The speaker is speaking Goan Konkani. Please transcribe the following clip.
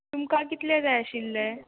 तुमकां कितले जाय आशिल्ले